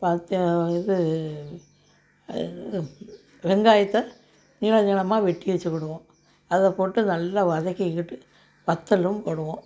ப தே இது வெங்காயத்தை நீள நீளமாக வெட்டி வச்சிக்கிடுவோம் அதை போட்டு நல்லா வதக்கிக்கிட்டு வத்தலும் போடுவோம்